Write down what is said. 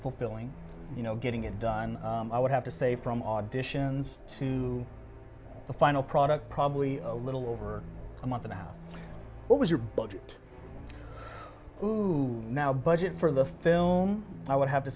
fulfilling you know getting it done i would have to say from auditions to the final product probably a little over a month now what was your budget now budget for the film i would have to